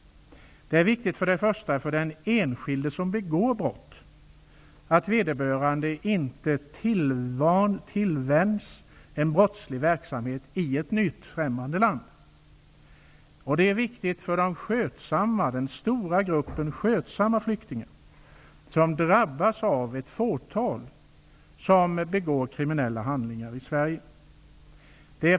För det första är det viktigt för den enskilde som begår brott att vederbörande inte tillvänjs en brottslig verksamhet i ett nytt främmande land. För det andra är det viktigt för den stora gruppen skötsamma flyktingar, som drabbas av att ett fåtal begår kriminella handlingar i Sverige.